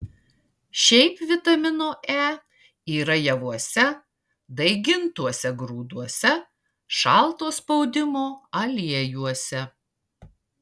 šiaip vitamino e yra javuose daigintuose grūduose šalto spaudimo aliejuose